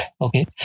Okay